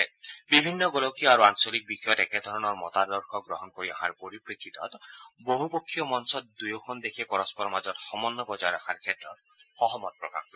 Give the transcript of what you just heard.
দুয়োখন দেশে বিভিন্ন গোলকীয় আৰু আঞ্চলিক বিষয়ত একেধৰণৰ মতাদৰ্শ গ্ৰহণ কৰি অহাৰ পৰিপ্ৰেক্ষিতত বহুপক্ষীয় মঞ্চত দুয়োখন দেশে পৰস্পৰৰ মাজত সম্বঘ্য় বজায় ৰখাৰ ক্ষেত্ৰত সহমত প্ৰকাশ কৰে